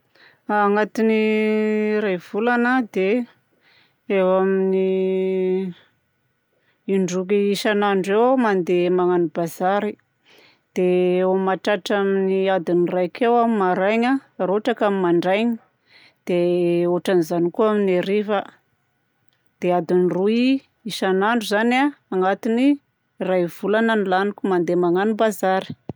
Agnatin'ny iray volana dia eo amin'ny indroa isan'andro eo mandeha magnano bazary. Dia eo mahatratra amin'ny adiny raika eo aho ny maraina, raha ohatra ka amin'ny mandraigna. Dia ôtran'izany koa amin'ny hariva. Dia adiny roy isan'andro zany a agnatin'ny iray volana no laniko mandeha magnano bazary.